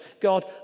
God